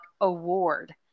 award